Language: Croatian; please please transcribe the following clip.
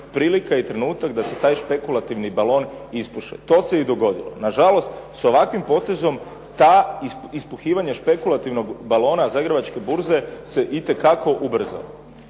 prilika i trenutak da se taj špekulativni balon ispuše. To se i dogodilo. Nažalost, s ovakvim potezom ta ispuhivanja špekulativnog balona Zagrebačke burze se itekako ubrzao.